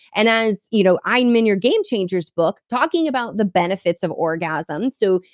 and as you know i am in your game changers book, talking about the benefits of orgasm. so,